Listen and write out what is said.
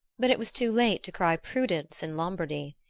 but it was too late to cry prudence in lombardy.